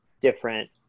different